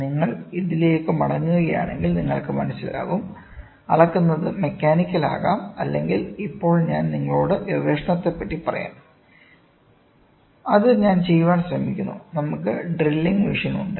നിങ്ങൾ ഇതിലേക്ക് മടങ്ങുകയാണെങ്കിൽ നിങ്ങൾ മനസിലാക്കും അളക്കുന്നത് മെക്കാനിക്കൽ ആകാം അല്ലെങ്കിൽ ഇപ്പോൾ ഞാൻ നിങ്ങളോട് ഗവേഷണത്തെ പറ്റി പറയാം അത് ഞാൻ ചെയ്യാൻ ശ്രമിക്കുന്നു നമുക്ക് ഡ്രില്ലിംഗ് മെഷീൻ ഉണ്ട്